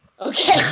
okay